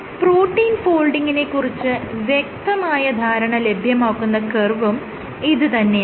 protein ഫോൾഡിങിനെ കുറിച്ച് വ്യക്തമായ ധാരണ ലഭ്യമാക്കുന്ന കർവും ഇത് തന്നെയാണ്